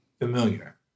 familiar